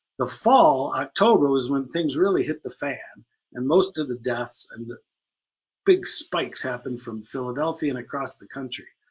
the fall, october, was when things really hit the fan and most of the deaths um and big spikes happened from philadelphia and across the country.